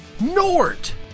Nort